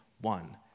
one